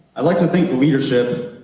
i'd like to thank leadership,